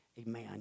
Amen